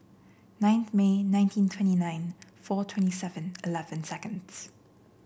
ninth May nineteen twenty nine four twenty Seven Eleven seconds